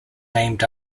named